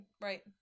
right